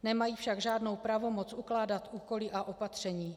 Nemají však žádnou pravomoc ukládat úkoly a opatření.